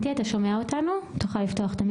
שבין היתר ממונה על תיקון תקנות התעבורה ולוח